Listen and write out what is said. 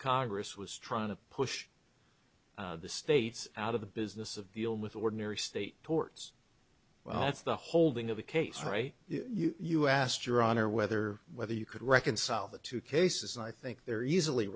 congress was trying to push the states out of the business of dealing with ordinary state torts well that's the holding of the case right you asked your honor whether whether you could reconcile the two cases i think they're easily